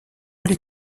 les